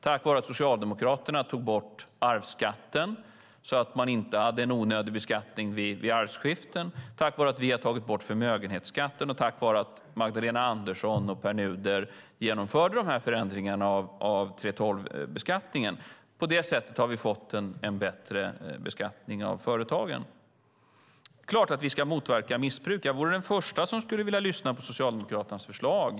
Tack vare att Socialdemokraterna tog bort arvsskatten, så att man inte hade en onödig beskattning vid arvskiften, tack vare att vi har tagit bort förmögenhetsskatten och tack vare att Magdalena Andersson och Pär Nuder genomförde förändringar av 3:12-beskattningen har vi fått en bättre beskattning av företagen. Det är klart att vi ska motverka missbruk. Jag vore den första som skulle vilja lyssna på Socialdemokraternas förslag.